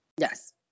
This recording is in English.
Yes